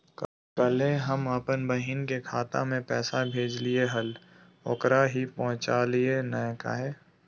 कल्हे हम अपन बहिन के खाता में पैसा भेजलिए हल, ओकरा ही पहुँचलई नई काहे?